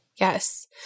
Yes